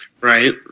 Right